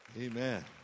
Amen